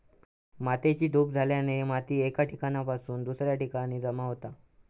मातेची धूप झाल्याने माती एका ठिकाणासून दुसऱ्या ठिकाणी जमा होता